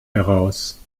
heraus